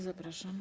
Zapraszam.